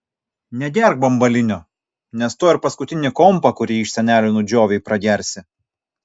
negerk bambalinio nes tuoj ir paskutinį kompą kurį iš senelių nudžiovei pragersi